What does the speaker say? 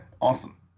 awesome